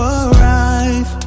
arrive